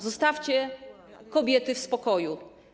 Zostawcie kobiety w spokoju.